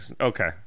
Okay